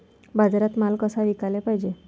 बाजारात माल कसा विकाले पायजे?